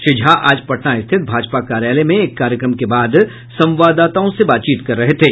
श्री झा आज पटना स्थित भाजपा कार्यालय में एक कार्यक्रम के बाद संवाददाताओं से बातचीत कर रहे थे